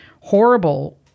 horrible